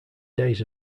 days